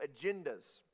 agendas